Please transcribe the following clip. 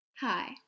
hi